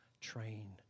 train